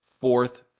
fourth